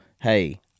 hey